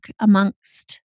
amongst